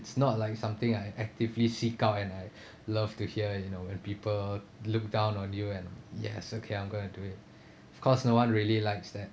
it's not like something I actively seek out and I love to hear you know when people look down on you and yes okay I'm gonna do it cause no one really likes that